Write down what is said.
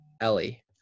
Ellie